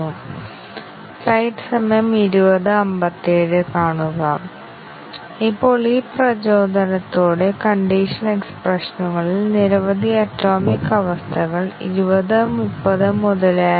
എന്നാൽ നിങ്ങൾ 100 ശതമാനം ബ്രാഞ്ച് കവറേജ് നേടിയ ഒരു പ്രോഗ്രാം ഇപ്പോഴും ബഗുകൾ നിലനിൽക്കാൻ സാധ്യതയുണ്ടോ ആ ബഗുകൾ എന്തൊക്കെയാണ് 100 ശതമാനം ബ്രാഞ്ച് കവറേജ് നേടിയാലും നിലനിൽക്കുന്ന ഒരു ബഗ് നമുക്ക് ഉദാഹരണമായി നൽകാമോ